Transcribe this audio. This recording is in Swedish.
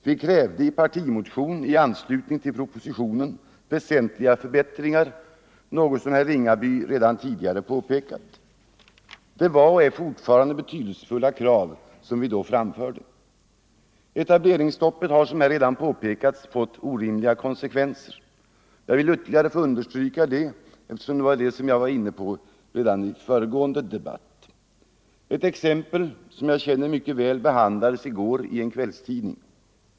Vi krävde i partimotion i anslutning till propositionen väsentliga förbättringar, något som herr Ringaby redan påpekat. Det var och är fortfarande betydelsefulla krav som vi då framförde. Etableringsstoppet har, som här framhållits, fått orimliga konsekvenser. Jag vill ytterligare understryka det, eftersom det var detta jag var inne på i föregående debatt. Ett exempel som jag känner mycket väl till behandlades i går i en kvällstidning.